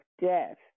death